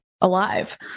alive